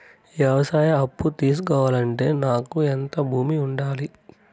వ్యవసాయ అప్పు తీసుకోవాలంటే నాకు ఎంత భూమి ఉండాలి?